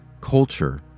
culture